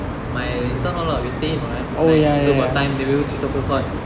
my somehow lah we stay in [what] like so got time then we go street soccer court